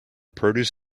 produce